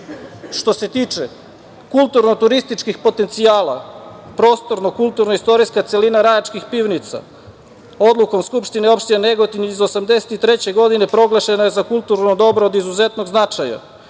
se tiče kulturno turističkih potencijala, prostorno kulturno-istorijska celina Rajačkih pivnica, odlukom Skupštine opštine Negotin iz 1983. godine proglašena je za kulturno dobro od izuzetnog značaja,